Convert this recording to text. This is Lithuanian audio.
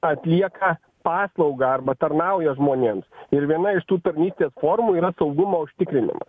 atlieka paslaugą arba tarnauja žmonėms ir viena iš tų tarnystės formų yra saugumo užtikrinimas